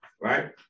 right